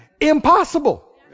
Impossible